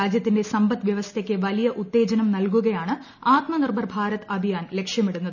രാജ്യത്തിന്റെ സമ്പദ്വൃവസ്ഥയ്ക്കു വലിയ ഉത്തേജനം നൽകുകയാണ് ആത്മനിർഭർ ഭാരത് അഭിയാൻ ലക്ഷ്യമിടുന്നത്